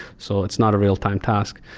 so it's not a real-time task,